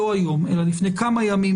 לא היום אלא לפני כמה ימים,